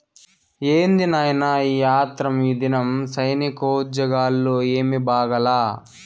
ఏంది నాయినా ఈ ఆత్రం, ఈదినం సైనికోజ్జోగాలు ఏమీ బాగాలా